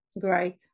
Great